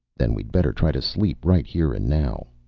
then we'd better try to sleep right here and now,